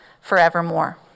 forevermore